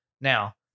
now